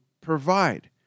provide